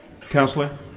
Counselor